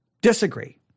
disagree